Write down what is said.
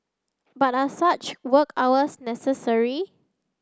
but are such work hours necessary